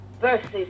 verses